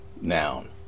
noun